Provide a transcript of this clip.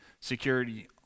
security